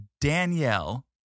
Danielle